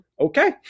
Okay